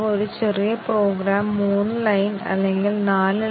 എന്നാൽ ഒരു പ്രോഗ്രാമിൽ വളരെയധികം പാതകളുണ്ടെന്ന് ഞങ്ങൾ കാണും